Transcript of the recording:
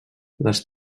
les